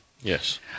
Yes